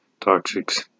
toxics